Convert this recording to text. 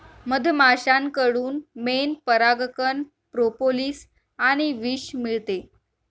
मधमाश्यांकडून मेण, परागकण, प्रोपोलिस आणि विष मिळते